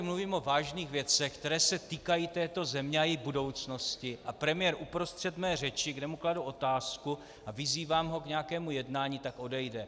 Mluvím tady o vážných věcech, které se týkají této země a její budoucnosti, a premiér uprostřed mé řeči, kde mu kladu otázku a vyzývám ho k nějakému jednání, tak odejde.